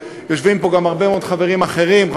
ויושבים פה הרבה מאוד חברים אחרים,